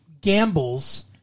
gambles